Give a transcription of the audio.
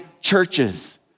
churches